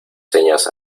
señas